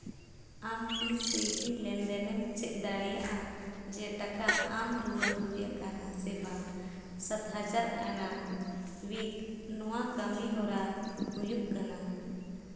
ᱟᱢ ᱠᱤ ᱥᱩᱭᱜᱤ ᱞᱮᱱᱫᱮᱱᱮᱢ ᱪᱮᱫ ᱫᱟᱲᱮᱭᱟᱜᱼᱟ ᱡᱮ ᱴᱟᱠᱟ ᱟᱢ ᱨᱩᱣᱟᱹᱲ ᱦᱩᱭ ᱟᱠᱟᱱᱟ ᱥᱮ ᱵᱟᱝ ᱥᱟᱛ ᱦᱟᱡᱟᱨ ᱮᱱᱟᱝ ᱩᱭᱤᱠ ᱱᱚᱣᱟ ᱠᱟᱹᱢᱤᱦᱚᱨᱟ ᱦᱩᱭᱩᱜ ᱠᱟᱱᱟ